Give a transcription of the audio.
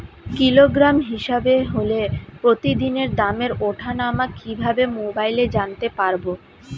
Kilogram হিসাবে হলে প্রতিদিনের দামের ওঠানামা কিভাবে মোবাইলে জানতে পারবো?